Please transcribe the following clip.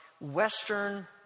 Western